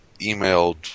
emailed